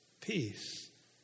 peace